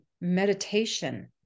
meditation